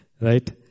Right